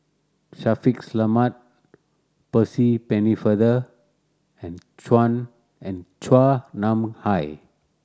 Shaffiq Selamat Percy Pennefather and and Chua Nam Hai